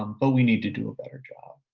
um but we need to do a better job.